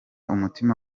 umutima